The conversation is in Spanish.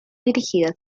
dirigidas